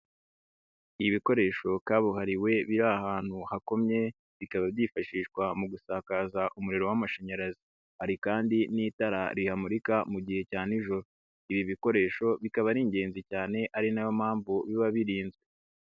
Ibikoresho kabuhariwe biri ahantu hakomye bikaba byifashishwa mu gusakaza umuriro w'amashanyarazi, hari kandi n'itara rihamurika mu gihe cya nijoro, ibi bikoresho bikaba ari ingenzi cyane ari na yo mpamvu biba birinzwe.